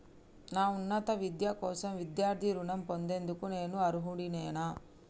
నా ఉన్నత విద్య కోసం విద్యార్థి రుణం పొందేందుకు నేను అర్హుడినేనా?